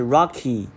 Rocky